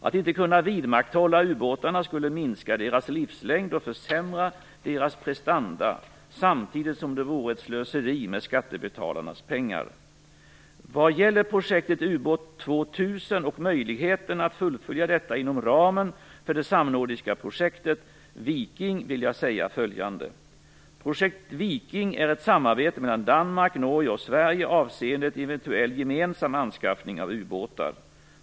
Att inte kunna vidmakthålla ubåtarna skulle minska deras livslängd och försämra deras prestanda samtidigt som det vore ett slöseri med skattebetalarnas pengar. Vad gäller projektet ubåt 2000 och möjligheten att fullfölja detta inom ramen för det samnordiska projektet Viking vill jag säga följande. Norge och Sverige avseende en eventuell gemensam anskaffning av ubåtar.